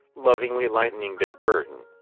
lovingly lightening their burden,